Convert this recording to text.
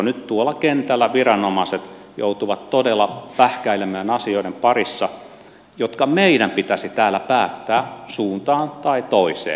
nyt tuolla kentällä viranomaiset joutuvat todella pähkäilemään asioiden parissa jotka meidän pitäisi täällä päättää suuntaan tai toiseen